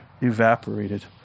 evaporated